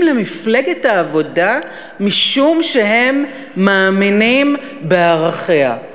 למפלגת העבודה משום שהם מאמינים בערכיה.